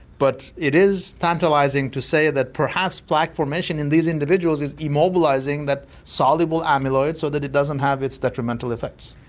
but it is tantalising to say that perhaps plaque formation in these individuals is immobilising that soluble amyloid so that it doesn't have its detrimental effects.